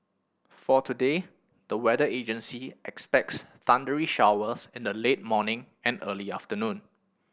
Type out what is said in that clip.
for today the weather agency expects thundery showers in the late morning and early afternoon